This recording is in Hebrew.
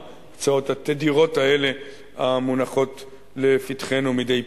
ההצעות התדירות האלה המונחות לפתחנו מדי פעם.